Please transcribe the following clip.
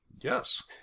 Yes